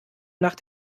nach